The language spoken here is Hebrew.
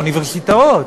האוניברסיטאות.